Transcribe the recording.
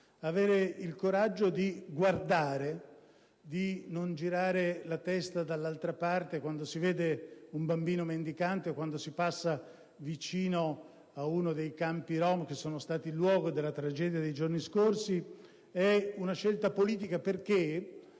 Avere il coraggio di guardare, di non girare la testa dall'altra parte quando si vede un bambino mendicante o quando si passa vicino a uno dei campi rom che sono stati luogo della tragedia dei giorni scorsi è una scelta politica, perché